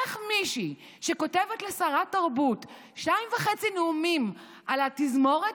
איך מישהי שכותבת לשרת התרבות שניים וחצי נאומים על התזמורת